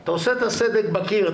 אתה עושה את הסדק בקיר,